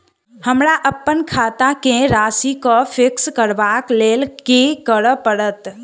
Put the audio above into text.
हमरा अप्पन खाता केँ राशि कऽ फिक्स करबाक लेल की करऽ पड़त?